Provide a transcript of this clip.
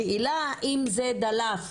השאלה אם זה דלף